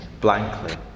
blankly